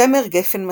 צמר גפן מתוק,